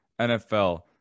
NFL